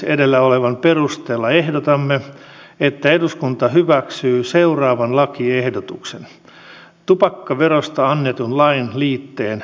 edellä olevan perusteella ehdotamme että eduskunta hyväksyy seuraavan lakiehdotuksen tupakkaverosta annetun lain liitteen muuttamisesta